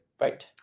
Right